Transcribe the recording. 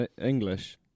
English